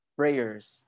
prayers